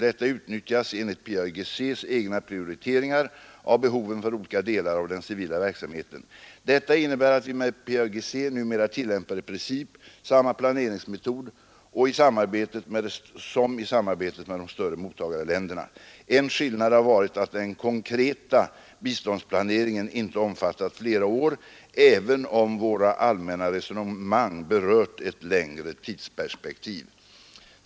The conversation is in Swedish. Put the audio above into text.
Detta utnyttjas enligt PAIGC:s egna prioriteringar av behoven för olika delar av den civila verksamheten. Detta innebär att vi med PAIGC numera tillämpar i princip samma planeringsmetod som i samarbetet med de större mottagarländerna. En skillnad har varit att den konkreta biståndsplaneringen inte omfattat flera år, även om våra allmänna resonemang berört ett längre tidsperspektiv.